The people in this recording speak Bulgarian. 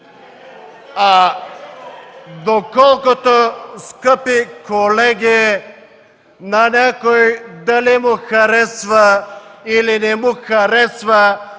Доколкото, скъпи колеги, на някой дали му харесва, или не му харесва